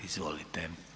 Izvolite.